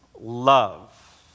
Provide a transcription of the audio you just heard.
love